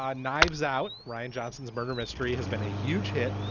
um knives out ryan johnson's murder mystery has been a huge hit.